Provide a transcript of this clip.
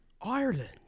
Ireland